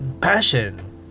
passion